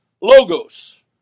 logos